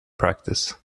practice